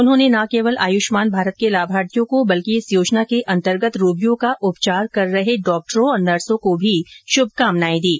उन्होंने न केवल आयुष्मान भारत के लाभार्थियों को बल्कि इस योजना के अंतर्गत रोगियों का उपचार कर रहे डॉक्टरों और नर्सों को भी शुभकामनाएं दीं